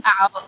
out